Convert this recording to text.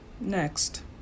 Next